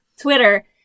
Twitter